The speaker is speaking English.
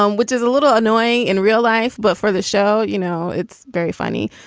um which is a little annoying in real life. but for the show, you know, it's very funny.